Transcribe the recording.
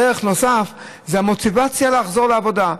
ערך נוסף זה המוטיבציה לחזור לעבודה: